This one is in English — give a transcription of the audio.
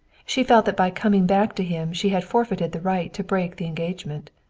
she felt that by coming back to him she had forfeited the right to break the engagement.